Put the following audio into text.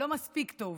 הוא לא מספיק טוב.